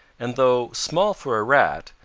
and though small for a rat,